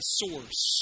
source